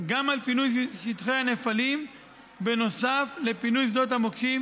גם לפינוי שטחי הנפלים בנוסף לפינוי שדות המוקשים,